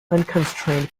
unconstrained